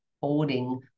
holding